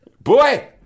Boy